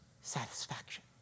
satisfaction